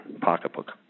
pocketbook